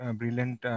brilliant